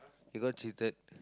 he got cheated